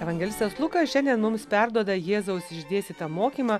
evangelistas lukas šiandien mums perduoda jėzaus išdėstytą mokymą